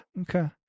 okay